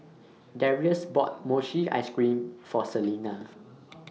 Darius bought Mochi Ice Cream For Selina